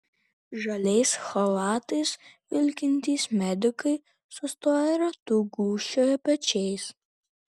žaliais chalatais vilkintys medikai sustoję ratu gūžčioja pečiais